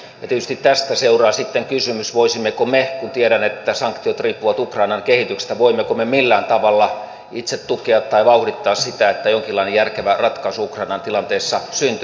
tietysti tästä seuraa sitten kysymys kun tiedän että sanktiot riippuvat ukrainan kehityksestä voimmeko me millään tavalla itse tukea tai vauhdittaa sitä että jonkinlainen järkevä ratkaisu ukrainan tilanteessa syntyy